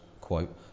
quote